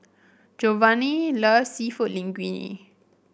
Geovanni loves seafood Linguine